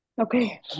Okay